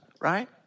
right